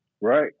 Right